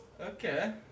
Okay